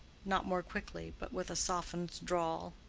not more quickly, but with a softened drawl.